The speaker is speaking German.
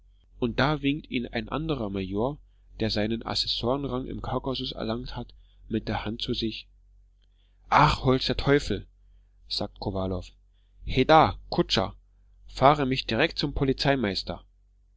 und da winkt ihn ein anderer major der seinen assessorenrang im kaukasus erlangt hat mit der hand zu sich ach hol's der teufel sagte kowalow heda kutscher fahre mich direkt zum polizeimeister